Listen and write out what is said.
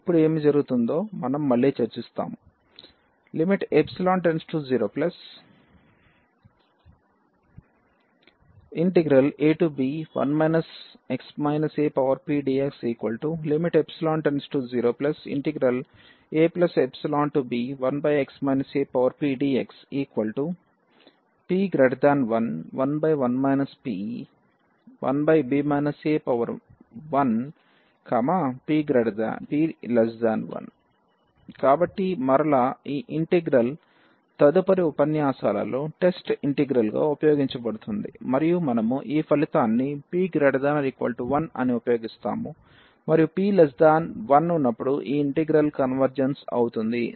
ఇప్పుడు ఏమి జరుగుతుందో మనం మళ్ళీ చర్చిస్తాము ϵ→0 ab1x apdxϵ→0⁡aϵb1x apdxp≥1 11 p1p 1p1 కాబట్టి మరలా ఈ ఇంటిగ్రల్ తదుపరి ఉపన్యాసాలలో టెస్ట్ ఇంటిగ్రల్ గా ఉపయోగించబడుతుంది మరియు మనము ఈ ఫలితాన్ని p≥1 అని ఉపయోగిస్తాము మరియు p 1 ఉన్నప్పుడు ఈ ఇంటిగ్రల్ కన్వర్జెన్స్ అవుతుంది